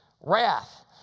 Wrath